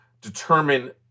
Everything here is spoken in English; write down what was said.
determine